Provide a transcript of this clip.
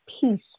peace